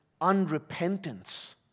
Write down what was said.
unrepentance